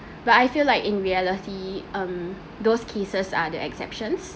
but I feel like in reality um those cases are the exceptions